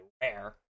Rare